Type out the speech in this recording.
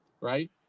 right